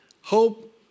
hope